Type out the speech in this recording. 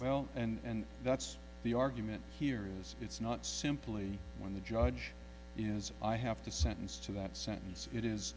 well and that's the argument here is it's not simply when the judge is i have to sentence to that sentence if i